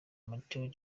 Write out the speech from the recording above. matteo